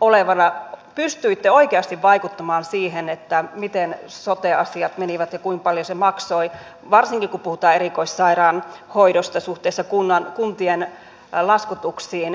olevina pystyitte oikeasti vaikuttamaan siihen miten sote asiat menivät ja kuinka paljon se maksoi varsinkin kun puhutaan erikoissairaanhoidosta suhteessa kuntien laskutuksiin